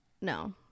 No